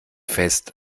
fest